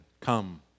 Come